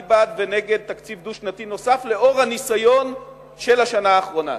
מי בעד ומי נגד תקציב דו-שנתי נוסף לאור הניסיון של השנה האחרונה.